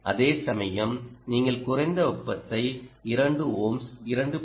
அதேசமயம் நீங்கள் குறைந்த வெப்பத்தை 2 ஓம்ஸ் 2